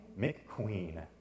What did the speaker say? McQueen